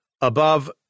Above